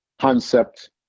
concept